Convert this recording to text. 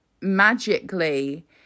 magically